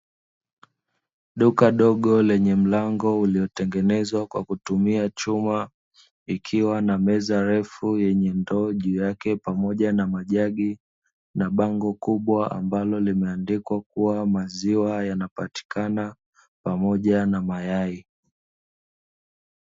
duka dogo lenye mlango uliotengenezwa kwa kutumia chuma ikiwa na meza refu yenye ndoji yake pamoja na majagi na bango kubwa ambalo limeandikwa kuwa maziwa yanapatikana pamoja na mayai.